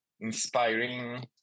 inspiring